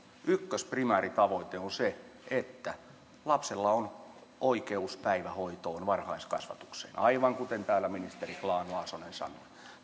ykkös primääritavoite on se että lapsella on oikeus päivähoitoon varhaiskasvatukseen aivan kuten täällä ministeri grahn laasonen sanoi